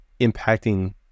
impacting